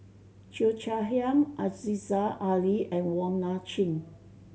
Cheo Chai Hiang Aziza Ali and Wong Nai Chin